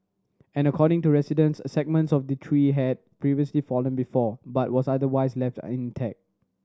and according to residents segments of the tree had previously fallen before but was otherwise left intact